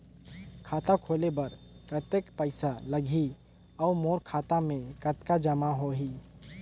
खाता खोले बर कतेक पइसा लगही? अउ मोर खाता मे कतका जमा होही?